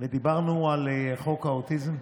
ודיברנו על חוק האוטיזם.